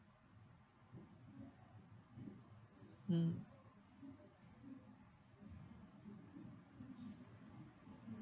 mm